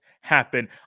happen